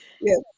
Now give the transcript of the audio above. Yes